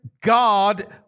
God